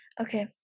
Okay